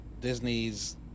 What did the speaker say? Disney's